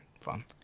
fun